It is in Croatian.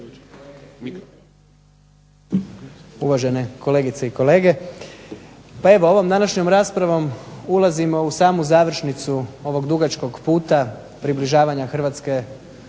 Uvažene kolegice i kolege. Evo, ovom današnjom raspravu ulazimo u samu završnicu ovog puta približavanja Hrvatske